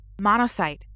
Monocyte